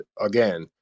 again